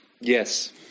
Yes